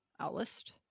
outlist